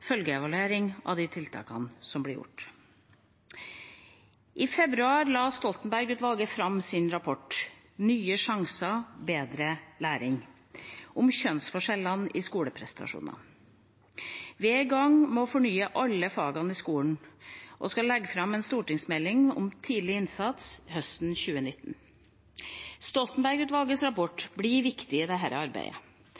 følgeevaluering av de tiltakene som blir gjort. I februar la Stoltenberg-utvalget fram sin rapport, Nye sjanser – bedre læring, om kjønnsforskjellene i skoleprestasjoner. Vi er i gang med å fornye alle fagene i skolen og skal legge fram en stortingsmelding om tidlig innsats høsten 2019. Stoltenberg-utvalgets rapport